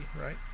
right